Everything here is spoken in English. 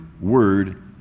word